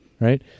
right